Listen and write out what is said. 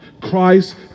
Christ